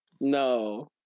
No